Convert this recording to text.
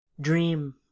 Dream